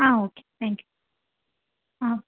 ah okay thank you ah